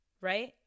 Right